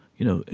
you know,